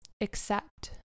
Accept